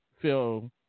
feel